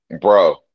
Bro